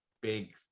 big